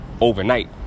overnight